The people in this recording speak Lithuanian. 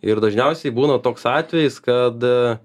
ir dažniausiai būna toks atvejis kad